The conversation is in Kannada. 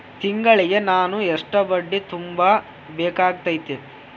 ತಿಂಗಳಿಗೆ ನಾನು ಎಷ್ಟ ಬಡ್ಡಿ ತುಂಬಾ ಬೇಕಾಗತೈತಿ?